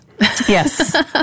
Yes